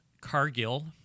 Cargill